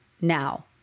now